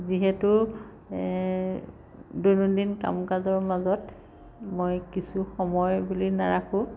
যিহেতু দৈনন্দিন কাম কাজৰ মাজত মই কিছু সময় বুলি নাৰাখোঁ